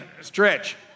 Stretch